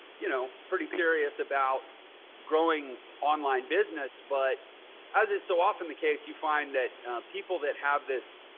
you know, pretty serious about growing online business, but as it's so often the case, you find that people that have this,